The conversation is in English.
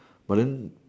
but then